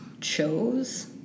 chose